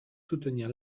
soutenir